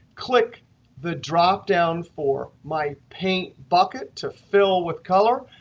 click the dropdown for my paint bucket to fill with color.